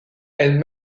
elles